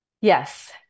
Yes